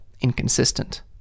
inconsistent